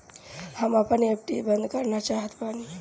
हम आपन एफ.डी बंद करना चाहत बानी